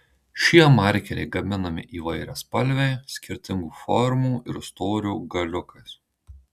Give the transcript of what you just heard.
šie markeriai gaminami įvairiaspalviai skirtingų formų ir storio galiukais